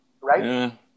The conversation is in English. Right